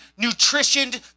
nutritioned